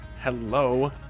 hello